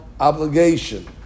Obligation